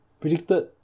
predicted